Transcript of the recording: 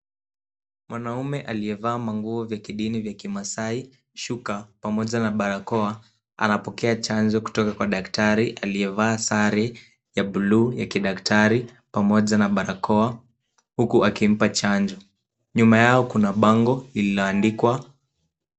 Mwanaume aliyevaa manguo vya kidini vya Kimasai, shuka pamoja na barakoa, anapokea chanjo kutoka kwa daktari aliyevaa sare ya buluu ya kidaktari pamoja na barakoa. Huku akimpa chanjo. Nyuma yao kuna bango lililoandikwa.